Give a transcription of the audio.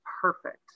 perfect